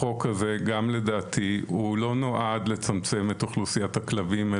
החוק הזה גם לדעתי הוא לא נועד לצמצם את אוכלוסיית הכלבים,